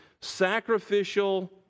sacrificial